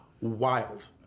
Wild